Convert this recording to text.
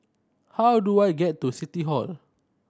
how do I get to City Hall